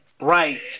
right